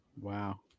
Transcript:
Wow